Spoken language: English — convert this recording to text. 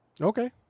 Okay